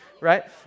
right